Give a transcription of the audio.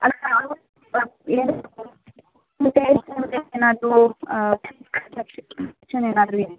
ಏನಾದರೂ ಆಪ್ಷನ್ ಏನಾದರೂ ಇದೆಯಾ